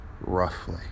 roughly